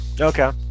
Okay